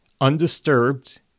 Undisturbed